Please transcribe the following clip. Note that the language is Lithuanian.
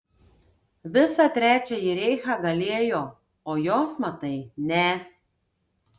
visą trečiąjį reichą galėjo o jos matai ne